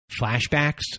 flashbacks